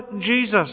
Jesus